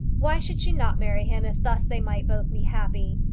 why should she not marry him, if thus they might both be happy?